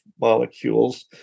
molecules